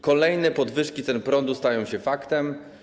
Kolejne podwyżki cen prądu stają się faktem.